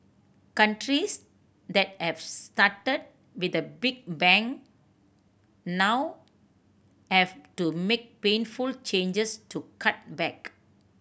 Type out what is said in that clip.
countries that have started with a big bang now have to make painful changes to cut back